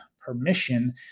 permission